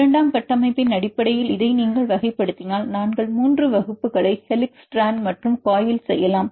இரண்டாம் கட்டமைப்பின் அடிப்படையில் இதை நீங்கள் வகைப்படுத்தினால் நாங்கள் 3 வகுப்புகளை ஹெலிக்ஸ் ஸ்ட்ராண்ட் மற்றும் காயில் செய்யலாம்